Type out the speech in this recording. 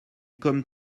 comme